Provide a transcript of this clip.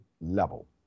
level